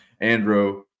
Andrew